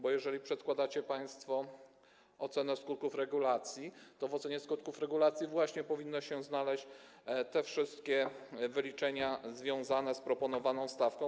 Bo jeżeli przedkładacie państwo ocenę skutków regulacji, to w ocenie skutków regulacji powinny się znaleźć te wszystkie wyliczenia związane z proponowaną stawką.